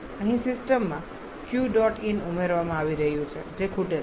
અહીં સિસ્ટમમાં Q dot in ઉમેરવામાં આવી રહ્યું છે જે ખૂટે છે